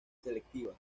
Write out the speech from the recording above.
selectiva